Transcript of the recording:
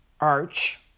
arch